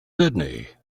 sydney